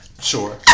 Sure